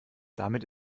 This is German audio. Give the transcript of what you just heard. damit